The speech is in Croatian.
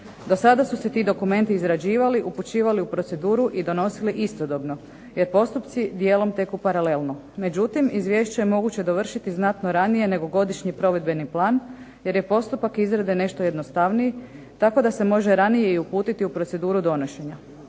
Do sada su se ti dokumenti izrađivali, upućivali u proceduru i donosili istodobno, jer postupci dijelom teku paralelno. Međutim izvješće je moguće dovršiti znatno ranije nego godišnji provedbeni plan, jer je postupak izrade nešto jednostavniji, tako da se može ranije i uputiti u proceduru donošenja.